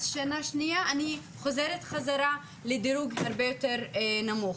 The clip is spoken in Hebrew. שנה שנייה אני חוזרת חזרה לדירוג הרבה יותר נמוך.